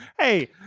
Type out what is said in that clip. hey